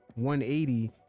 180